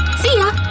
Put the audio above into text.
see ya!